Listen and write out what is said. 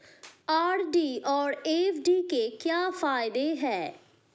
RD और FD के क्या फायदे हैं?